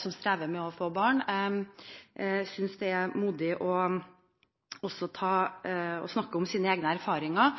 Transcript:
som strever med å få barn. Jeg synes det er modig å snakke om egne erfaringer.